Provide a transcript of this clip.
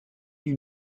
you